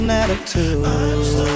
attitude